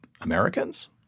Americans